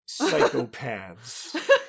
psychopaths